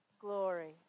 glory